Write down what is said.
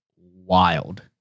wild